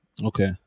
okay